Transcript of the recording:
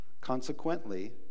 Consequently